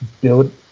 build